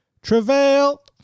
Travail